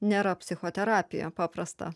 nėra psichoterapija paprasta